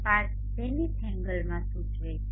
5 zenith એન્ગલમાં સૂચવે છે